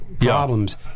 problems